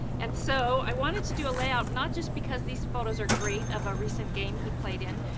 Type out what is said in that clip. and so i wanted to do a layout, not just because these photos are great of a recent game he played in,